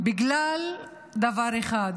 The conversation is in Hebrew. בגלל דבר אחד,